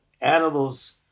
Animals